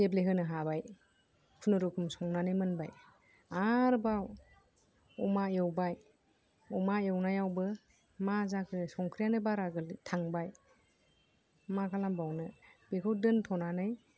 गेब्लेहोनो हाबाय खुनुरुखुम संनानै मोनबाय आरोबाव अमा एवबाय अमा एवनायावबो मा जाखो संख्रियानो बारा गोलै थांबाय मा खालामबावनो बेखौ दोनथ'नानै